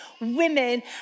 women